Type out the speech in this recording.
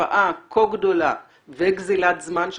והשפעה כה גדולה וגזילת זמן של הרופאים,